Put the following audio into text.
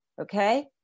okay